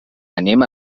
anem